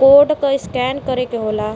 code क scan करे क होला